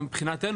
מבחינת Buy Me,